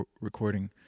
recording